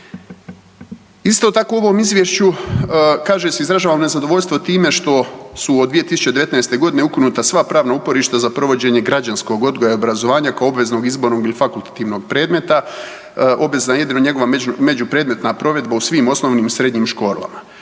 Isto tako u ovom izvješću kaže se izražavam nezadovoljstvo time što su od 2019. godine ukinuta sva pravna uporišta za provođenje građanskog odgoja i obrazovanja kao obveznog izbornog ili fakultativnog predmeta. Obvezna je jedino njegova među predmetna provedba u svim osnovnim i srednjim školama